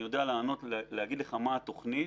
אני יודע להגיד לך מהי התוכנית.